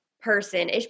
person